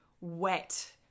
wet